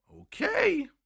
okay